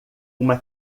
uma